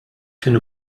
kien